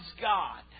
God